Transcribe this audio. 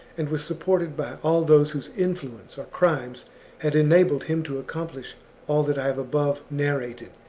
and was supported by all those whose influence or crimes had enabled him to accomplish all that i have above nar rated.